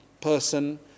person